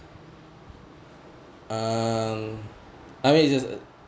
um I mean it just